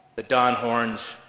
the don horns,